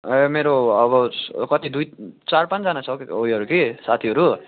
ए मेरो अब कति दुई चार पाँचजना छ हौँ उयोहरू कि साथीहरू